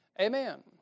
Amen